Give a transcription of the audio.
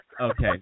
Okay